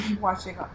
watching